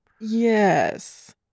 Yes